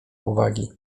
uwagi